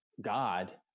God